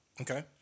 Okay